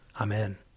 Amen